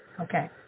Okay